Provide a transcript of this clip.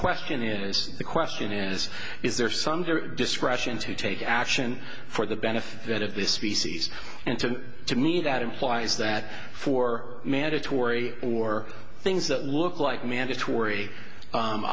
question is the question is is there some discretion to take action for the benefit of this species and to me that implies that for mandatory or things that look like mandatory